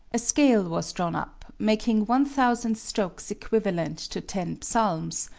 a scale was drawn up, making one thousand strokes equivalent to ten psalms,